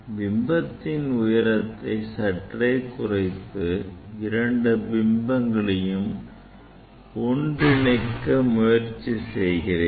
பிம்பத்தின் உயரத்தை சற்ற குறைத்து இரண்டு பிம்பங்களையும் ஒன்றிணைக்க முயற்சி செய்கிறேன்